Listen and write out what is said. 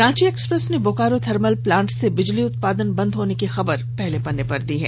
Ranchi Express ने Bokaro thermal plant से बिजली उत्पादन बंद होने की खबर को पहले पन्ने पर लिया है